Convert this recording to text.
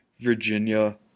Virginia